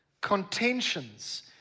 contentions